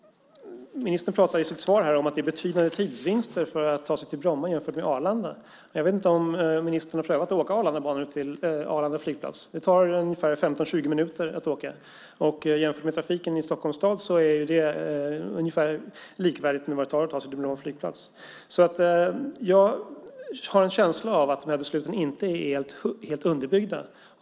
Ministern pratar i sitt svar om att det finns betydande tidsvinster att göra om man tar sig till Bromma jämfört med till Arlanda. Jag vet inte om ministern har prövat att åka Arlandabanan ut till Arlanda flygplats, men det tar ungefär 15-20 minuter att åka. Med tanke på trafiken i Stockholms stad är det ungefär likvärdigt med den tid det tar att åka till Bromma flygplats. Jag har en känsla av att de här besluten inte är helt underbyggda.